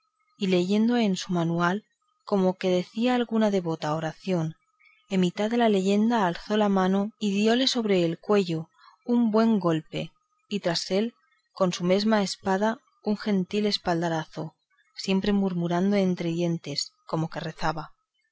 y leyendo en su manual como que decía alguna devota oración en mitad de la leyenda alzó la mano y diole sobre el cuello un buen golpe y tras él con su mesma espada un gentil espaldazaro siempre murmurando entre dientes como que rezaba